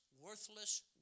worthless